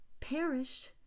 perish